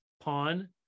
pawn